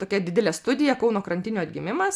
tokia didelė studija kauno krantinių atgimimas